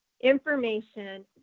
information